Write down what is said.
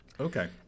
okay